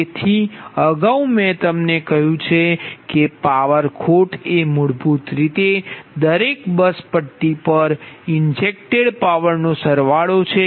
તેથી અગાઉ મેં તમને કહ્યું છે કે પાવર ખોટ એ મૂળભૂત રીતે દરેક બસ પટ્ટી પર ઇન્જેક્ટેડ પાવરનો સરવાળો છે